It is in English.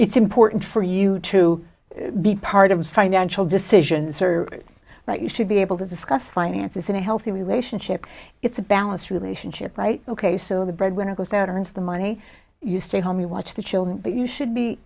it's important for you to be part of his financial decisions are right you should be able to discuss finances in a healthy relationship it's a balanced relationship right ok so the breadwinner goes out earns the money you stay home you watch the children but you should be